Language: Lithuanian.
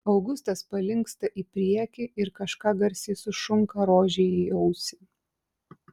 augustas palinksta į priekį ir kažką garsiai sušunka rožei į ausį